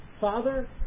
Father